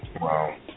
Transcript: Wow